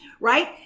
right